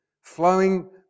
flowing